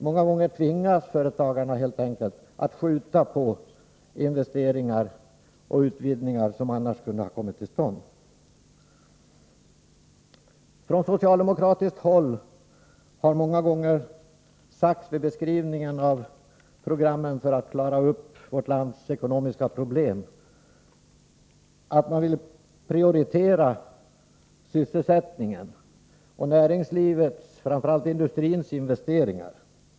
Många gånger tvingas företagarna helt enkelt att skjuta på investeringar och utvidgningar som annars skulle ha kommit till stånd. Från socialdemokratiskt håll har många gånger vid beskrivningen av programmen för att klara upp vårt lands ekonomiska problem sagts att man vill prioritera sysselsättningen och näringslivets, framför allt industrins, investeringar.